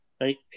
Right